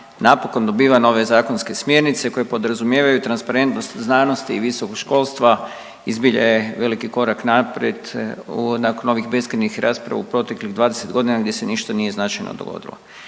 napokon dobiva nove zakonske smjernice koje podrazumijevaju transparentnost, znanost i visokog školstva i zbilja je veliki korak naprijed u, nakon ovih beskrajnih rasprava u proteklih 20 godina gdje se ništa nije značajno dogodilo.